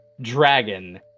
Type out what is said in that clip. dragon